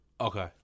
Okay